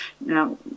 now